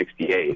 1968